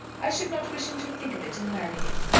i should not wish him to think of it in marrying.